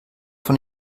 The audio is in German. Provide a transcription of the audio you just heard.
von